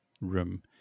room